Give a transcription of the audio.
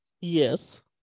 Yes